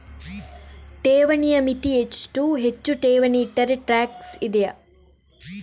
ಠೇವಣಿಯ ಮಿತಿ ಎಷ್ಟು, ಹೆಚ್ಚು ಠೇವಣಿ ಇಟ್ಟರೆ ಟ್ಯಾಕ್ಸ್ ಇದೆಯಾ?